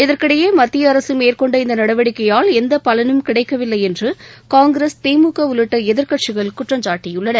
இதற்கிடையே மத்திய அரசு மேற்கொண்ட இந்த நடவடிக்கையால் எந்த பலனும் கிடைக்கவில்லை என்று காங்கிரஸ் திமுக உள்ளிட்ட எதிர்க்கட்சிகள் குற்றம்காட்டியுள்ளன